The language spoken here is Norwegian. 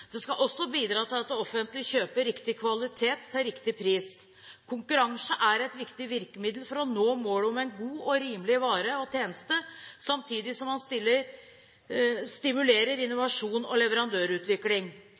Det skal også bidra til at det offentlige kjøper riktig kvalitet til riktig pris. Konkurranse er et viktig virkemiddel for å nå målet om en god og rimelig vare og tjeneste, samtidig som man stimulerer